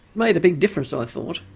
made a big difference, ah i thought.